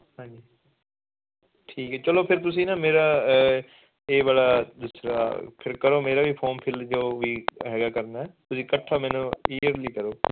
ਹਾਂਜੀ ਠੀਕ ਐ ਚਲੋ ਫਿਰ ਤੁਸੀਂ ਨਾ ਮੇਰਾ ਇਹ ਵਾਲਾ ਦੂਸਰਾ ਫਿਰ ਕਰੋ ਮੇਰਾ ਵੀ ਫੋਮ ਫਿਲ ਜੋ ਵੀ ਹੈਗਾ ਕਰਨਾ ਤੁਸੀਂ ਇਕੱਠਾ ਮੈਨੂੰ ਈਅਰ ਲਈ ਕਰੋ